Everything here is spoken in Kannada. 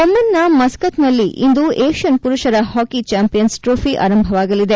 ಒಮನ್ನ ಮಸ್ತತ್ನಲ್ಲಿ ಇಂದು ಏಷ್ನನ್ ಪುರುಷರ ಹಾಕಿ ಚಾಂಪಿಯನ್ಸ್ ಟ್ರೋಫಿ ಆರಂಭವಾಗಲಿದೆ